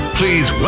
please